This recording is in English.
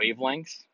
wavelengths